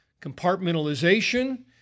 compartmentalization